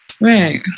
Right